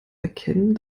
erkennen